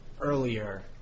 earlier